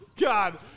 God